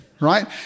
Right